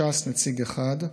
ש"ס, נציג אחד,